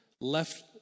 left